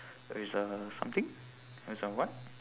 erza something erza what